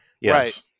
Yes